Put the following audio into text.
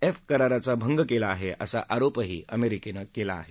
F कराराचा भंग केला आहे असा आरोपही अमेरिकेनं केला आहे